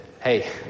hey